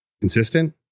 Consistent